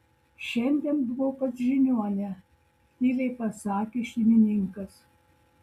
šiandien buvau pas žiniuonę tyliai pasakė šeimininkas